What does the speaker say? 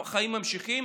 החיים נמשכים,